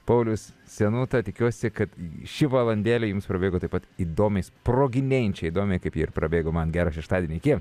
paulius senūta tikiuosi kad ši valandėlė jums prabėgo taip pat įdomiai sproginėjančiai įdomiai kaip ji ir ji prabėgo man gera šeštadienį iki